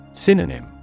Synonym